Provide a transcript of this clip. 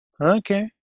Okay